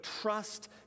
trust